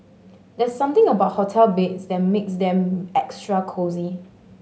there's something about hotel beds that makes them extra cosy